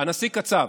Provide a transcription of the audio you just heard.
הנשיא קצב.